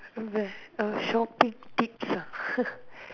uh shopping tips ah